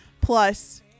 Plus